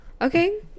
Okay